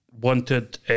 wanted